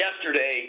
yesterday